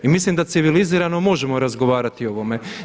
I mislim da civilizirano možemo razgovarati o ovome.